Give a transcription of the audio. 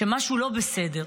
משהו לא בסדר.